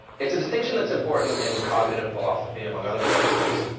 it's a distinction that's important in cognitive philosophy, among other places,